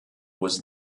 was